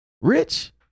rich